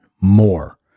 more